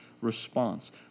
response